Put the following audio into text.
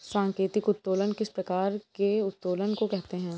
सांकेतिक उत्तोलन किस प्रकार के उत्तोलन को कहते हैं?